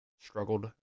struggled